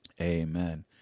Amen